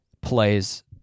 plays